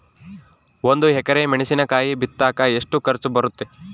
ಒಂದು ಎಕರೆ ಮೆಣಸಿನಕಾಯಿ ಬಿತ್ತಾಕ ಎಷ್ಟು ಖರ್ಚು ಬರುತ್ತೆ?